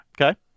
Okay